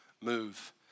move